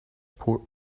port